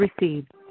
received